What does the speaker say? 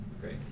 Great